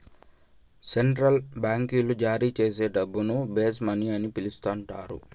central బాంకీలు జారీచేసే డబ్బును బేస్ మనీ అని పిలస్తండారు